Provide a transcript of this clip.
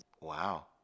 wow